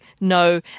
no